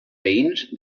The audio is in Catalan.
veïns